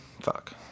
Fuck